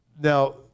Now